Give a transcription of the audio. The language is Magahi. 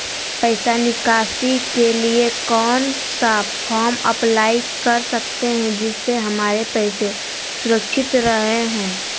पैसा निकासी के लिए कौन सा फॉर्म अप्लाई कर सकते हैं जिससे हमारे पैसा सुरक्षित रहे हैं?